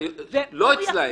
לא אצלם.